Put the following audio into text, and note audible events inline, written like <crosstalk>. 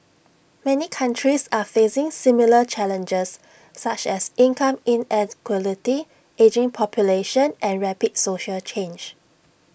many countries are facing similar challenges such as income <unintelligible> ageing population and rapid social change